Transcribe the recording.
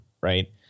right